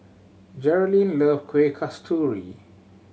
Jerilynn love Kueh Kasturi